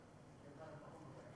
אוקיי.